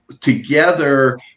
together